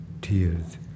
tears